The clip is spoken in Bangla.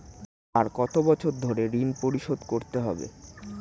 আর কত বছর ধরে ঋণ পরিশোধ করতে হবে?